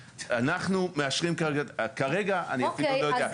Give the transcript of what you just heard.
אנחנו מאשרים כרגע אני אפילו עוד לא יודע,